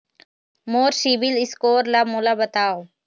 मोर CIBIL score ला मोला बताव?